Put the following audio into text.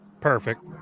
Perfect